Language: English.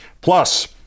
Plus